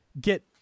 get